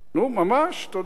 נו, ממש, תודה.